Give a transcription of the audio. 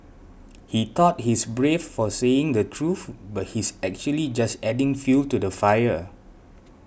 he thought he's brave for saying the truth but he's actually just adding fuel to the fire